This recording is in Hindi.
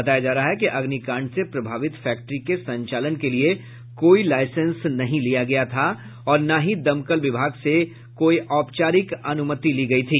बताया जा रहा है कि अग्निंकाड से प्रभावित फैक्ट्री के संचालन के लिए कोई लाइसेंस नहीं लिया गया था और ना ही दमकल विभाग से भी कोई औपचारिक अनुमति ली गई थी